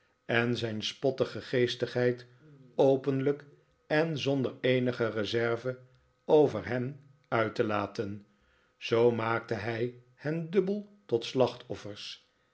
eh zijn spottende geestigheid openlijk en zonder eenige reserve over hen uit te laten zoo maakte hij hen dubbel tot